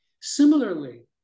similarly